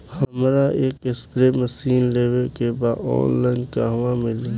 हमरा एक spray machine लेवे के बा ऑनलाइन कहवा मिली?